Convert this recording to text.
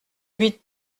huit